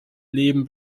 leben